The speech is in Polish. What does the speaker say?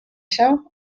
się